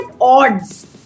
odds